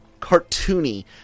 cartoony